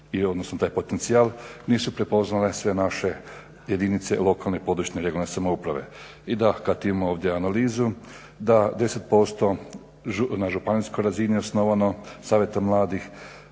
odnosno taj potencijal nisu prepoznale sve naše jedinice lokalne i područne (regionalne) samouprave. I da, kad imamo ovdje analizu da 10% na županijskoj razini osnovano Savjeta mladih,